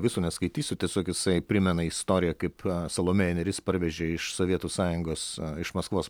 viso neskaitysiu tiesiog jisai primena istoriją kaip salomėja nėris parvežė iš sovietų sąjungos iš maskvos